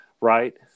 right